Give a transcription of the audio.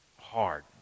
hard